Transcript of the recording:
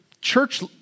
church